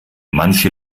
manche